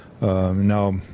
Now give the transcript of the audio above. Now